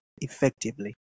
effectively